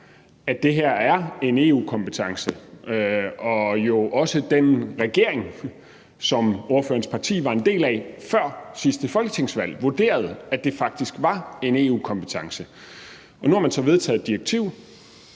at det her er en EU-kompetence, og også den regering, som ordførerens parti var en del af før sidste folketingsvalg, vurderede jo, at det faktisk var en EU-kompetence. Nu har man så vedtaget et direktiv,